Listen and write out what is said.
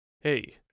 Hey